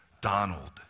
Donald